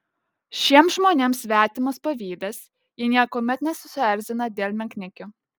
šiems žmonėms svetimas pavydas jie niekuomet nesusierzina dėl menkniekių